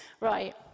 Right